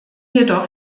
jedoch